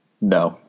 No